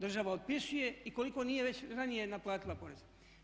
Država otpisuje i koliko nije već ranije naplatila poreza.